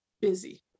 busy